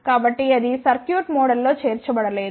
కాబట్టి అది సర్క్యూట్ మోడల్లో చేర్చబడలేదు